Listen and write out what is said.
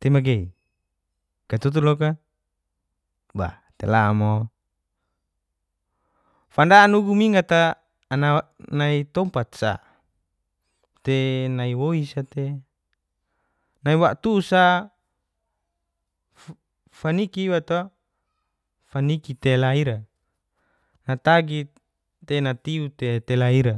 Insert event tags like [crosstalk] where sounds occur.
te magei katotu loka bah tei la fanda mo fanda nugu mingata [hesitation] nai tompat sa te nai woi sa te nai waktu sa faniki iwa to faniki te laira natagi te natiu tetela ira